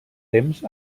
temps